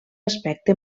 aspecte